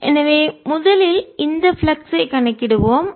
da⏟ E எனவே முதலில் இந்த பிளக்ஸ் ஐ கணக்கிடுவோம்